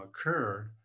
occur